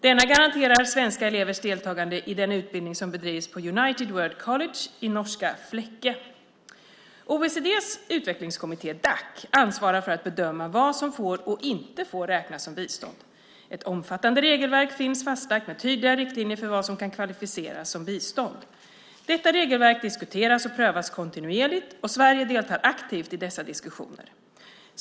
Denna garanterar svenska elevers deltagande i den utbildning som bedrivs på United World College i norska Flekke. OECD:s utvecklingskommitté, Dac, ansvarar för att bedöma vad som får och inte får räknas som bistånd. Ett omfattande regelverk finns fastlagt med tydliga riktlinjer för vad som kan kvalificeras som bistånd. Detta regelverk diskuteras och prövas kontinuerligt, och Sverige deltar aktivt i dessa diskussioner.